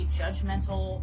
judgmental